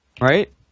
Right